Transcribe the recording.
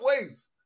ways